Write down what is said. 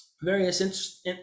various